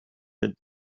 did